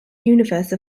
universe